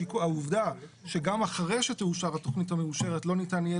העובדה שגם אחרי שתאושר התכנית המאושרת לא ניתן יהיה